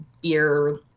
beer